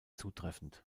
zutreffend